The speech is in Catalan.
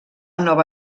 nova